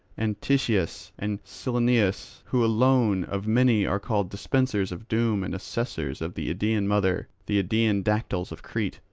and titias and cyllenus, who alone of many are called dispensers of doom and assessors of the idaean mother the idaean dactyls of crete,